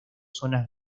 zonas